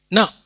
Now